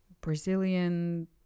Brazilian